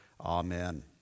Amen